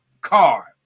car